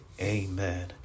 amen